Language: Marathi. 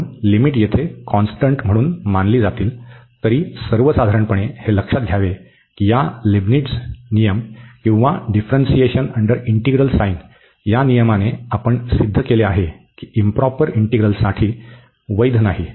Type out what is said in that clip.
म्हणून लिमिट येथे कॉन्स्टंट म्हणून मानली जातील तरी सर्वसाधारणपणे हे लक्षात घ्यावे की या लेबनिझ नियम किंवा डिफ्रन्सिएशन अंडर इंटीग्रल साइन ज्या नियमाने आपण सिद्ध केले आहे की इंप्रॉपर इंटीग्रलसाठी वैध नाही